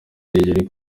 yari